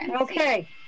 Okay